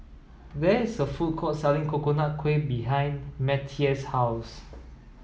there is a food court selling Coconut Kuih behind Mattye's house